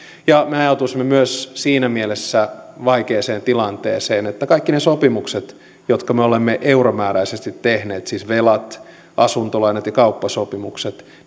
me ajautuisimme myös siinä mielessä vaikeaan tilanteeseen että kaikki ne sopimukset jotka me olemme euromääräisesti tehneet siis velat asuntolainat ja kauppasopimukset